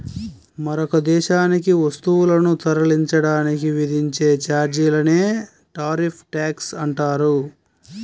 మరొక దేశానికి వస్తువులను తరలించడానికి విధించే ఛార్జీలనే టారిఫ్ ట్యాక్స్ అంటారు